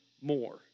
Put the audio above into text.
more